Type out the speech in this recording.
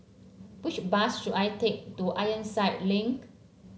which bus should I take to Ironside Link